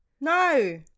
No